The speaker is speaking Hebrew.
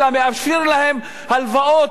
אלא מאפשרים להם הלוואות,